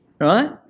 right